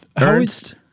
Ernst